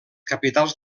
capitals